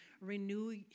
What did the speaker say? renew